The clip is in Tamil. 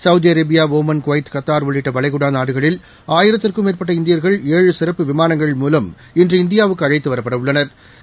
Saudi Arabia Oman Kuwait Qatar உள்ளிட்ட வளைகுடா நாடுகளில் ஆயிரத்திற்கும் மேற்பட்ட இந்தியா்கள் ஏழு சிறப்பு விமானங்கள் மூவம் இன்று இந்தியாவுக்கு அழைத்து வரப்பட உள்ளனா்